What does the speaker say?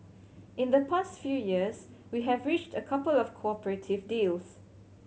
in the past few years we have reached a couple of cooperative deals